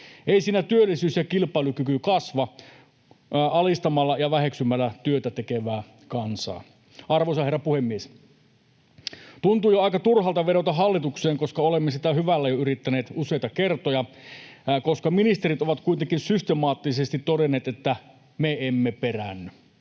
Eivät siinä työllisyys ja kilpailukyky kasva alistamalla ja väheksymällä työtä tekevää kansaa. Arvoisa herra puhemies! Tuntuu jo aika turhalta vedota hallitukseen, koska olemme sitä hyvällä yrittäneet jo useita kertoja ja ministerit ovat kuitenkin systemaattisesti todenneet, että me emme peräänny.